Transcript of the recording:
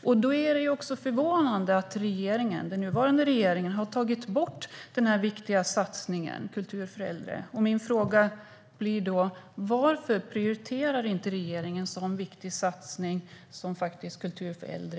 Därför är det förvånande att den nuvarande regeringen har tagit bort den här viktiga satsningen, Kultur för äldre. Min fråga blir: Varför prioriterar inte regeringen en så viktig satsning som Kultur för äldre?